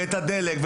את הדלק,